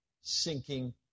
sinking